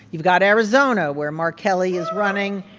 you've got arizona, where mark kelly is running